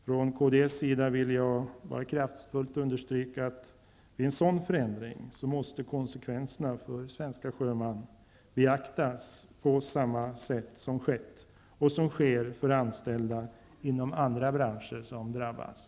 Från kds sida vill jag bara kraftfullt understryka att konsekvenserna för svenska sjömän vid en sådan förändring måste beaktas på det sätt som skett och sker för anställda inom andra branscher som drabbas.